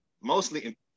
mostly